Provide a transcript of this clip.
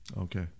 Okay